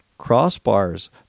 crossbars